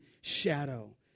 shadow